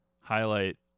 highlight